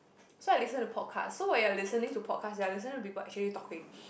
so I listen to podcast so when you are listening to podcast you are listening to people actually talking